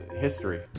history